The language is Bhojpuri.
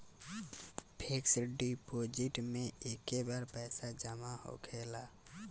फिक्स डीपोज़िट मे एके बार पैसा जामा होखेला